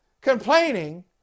complaining